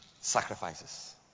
Sacrifices